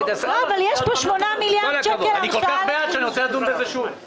אני כל כך בעד זה שאני רוצה לדון בזה שוב.